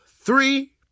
three